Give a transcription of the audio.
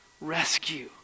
Rescue